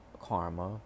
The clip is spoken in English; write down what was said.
karma